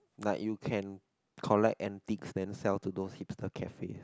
like you can collect antiques then sell to those hipster cafe